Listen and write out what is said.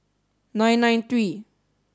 nine nine three